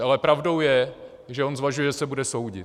Ale pravdou je, že on zvažuje, že se bude soudit.